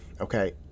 Okay